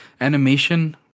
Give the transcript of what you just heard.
animation